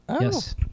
Yes